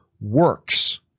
works